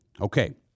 Okay